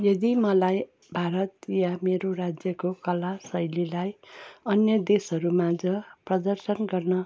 यदि मलाई भारतीय मेरो राज्यको कला शैलीलाई अन्य देशहरूमाझ प्रदर्शन गर्न